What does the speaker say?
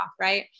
right